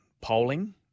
polling